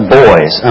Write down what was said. boys